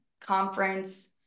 conference